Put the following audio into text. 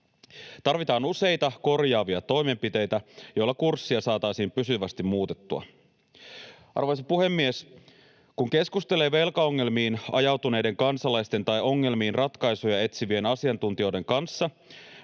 Tarvitaan useita korjaavia toimenpiteitä, joilla kurssia saataisiin pysyvästi muutettua. Arvoisa puhemies! Kun keskustelee velkaongelmiin ajautuneiden kansalaisten tai ongelmiin ratkaisuja etsivien asiantuntijoiden kanssa,